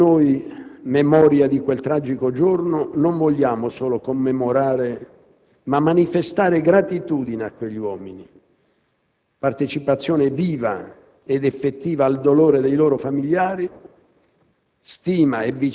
Facendo noi memoria di quel tragico giorno, non vogliamo solo commemorare, ma manifestare gratitudine a quegli uomini, partecipazione viva ed effettiva al dolore dei loro familiari,